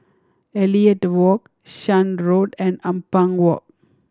Elliot Walk Shan Road and Ampang Walk